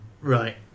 Right